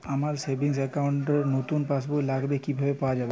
আমার savings account র নতুন পাসবই লাগবে, কিভাবে পাওয়া যাবে?